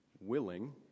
willing